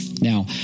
Now